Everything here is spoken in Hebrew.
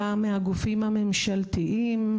גם מהגופים הממשלתיים,